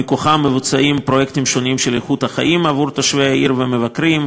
ומכוחה מבוצעים פרויקטים שונים של איכות חיים בעבור תושבי העיר ומבקרים,